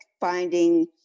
finding